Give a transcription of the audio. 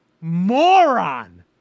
moron